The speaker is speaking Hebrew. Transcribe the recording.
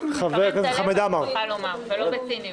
מחמם את הלב, אני מוכרחה לומר, ולא בציניות.